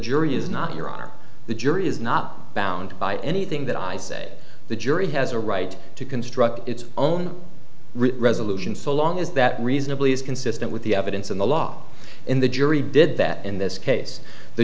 jury is not your honor the jury is not bound by anything that i said the jury has a right to construct its own written resolution so long as that reasonably is consistent with the evidence and the law in the jury did that in this case the